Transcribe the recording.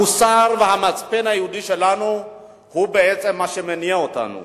המוסר והמצפון היהודי שלנו הוא בעצם מה שמניע אותנו.